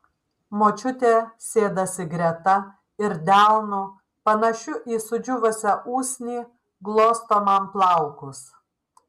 močiutė sėdasi greta ir delnu panašiu į sudžiūvusią usnį glosto man plaukus